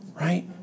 right